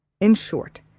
in short,